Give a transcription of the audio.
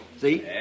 See